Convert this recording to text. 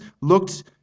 looked